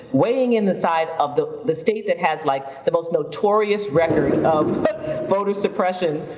weighing in the side of the the state that has like the most notorious record of voter suppression,